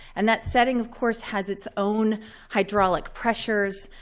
and that setting, of course, has its own hydraulic pressures